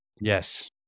Yes